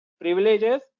privileges